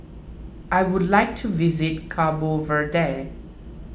I would like to visit Cabo Verde